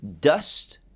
dust